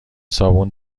صابون